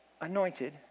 anointed